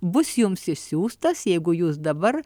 bus jums išsiųstas jeigu jūs dabar